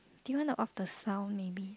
do you wanna off the sound maybe